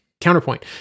CounterPoint